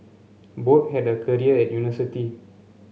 both had a career at university